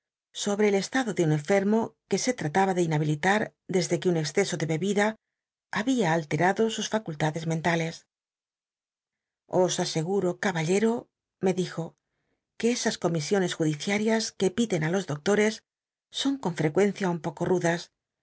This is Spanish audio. sobre el estado de un enfermo que se llataba de inhabilitar desde que un exceso do bebida babia altemdo sus facultados mentales os aseguro caballero me dijo que esas comisiones judiciarias que piden ti los doctores son con f ccuencia un poco rudas